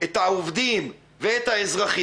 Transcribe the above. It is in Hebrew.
את העובדים ואת האזרחים,